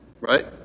right